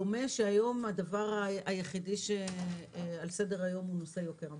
דומה שהיום הדבר היחידי על סדר היום הוא נושא יוקר המחיה.